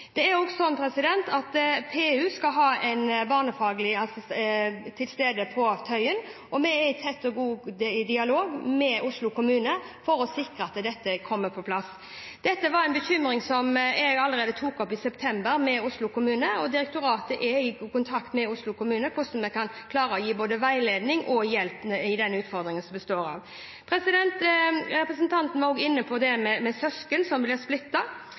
Det er også slik at PU skal ha en barnefaglig til stede på Tøyen. Vi er i tett og god dialog med Oslo kommune for å sikre at dette kommer på plass. Dette var en bekymring som jeg allerede i september tok opp med Oslo kommune, og direktoratet er i god kontakt med Oslo kommune om hvordan vi kan klare å gi både veiledning og hjelp når det gjelder den utfordringen som vi har. Representanten var også inne på dette med søsken som